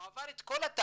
הוא עבר את כל התהליך,